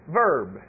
verb